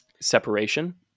separation